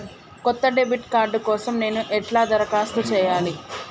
కొత్త debit card కోసం నేను ఎట్లా దరఖాస్తు చేయాలి?